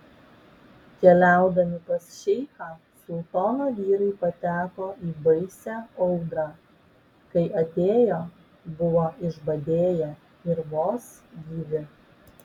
keliaudami pas šeichą sultono vyrai pateko į baisią audrą kai atėjo buvo išbadėję ir vos gyvi